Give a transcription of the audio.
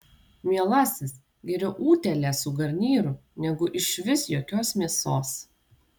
mielasis geriau utėlė su garnyru negu išvis jokios mėsos